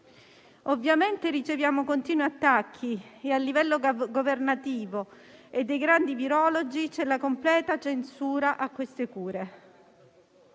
Ovviamente riceviamo continui attacchi e a livello governativo e dei grandi virologi c'è la completa censura a queste cure.